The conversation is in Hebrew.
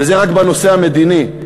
וזה רק בנושא המדיני.